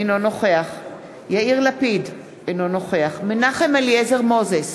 אינו נוכח יאיר לפיד, אינו נוכח מנחם אליעזר מוזס,